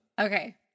okay